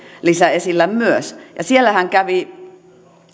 esillä myös ja siellähän kävi